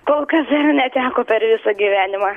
kol kas dar neteko per visą gyvenimą